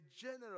general